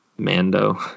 Mando